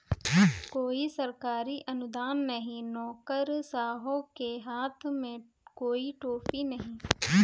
कोई सरकारी अनुदान नहीं, नौकरशाहों के हाथ में कोई टोपी नहीं